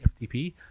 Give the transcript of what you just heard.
ftp